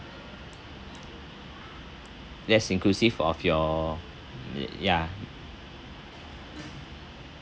yes inclusive of your ya